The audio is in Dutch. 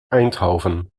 eindhoven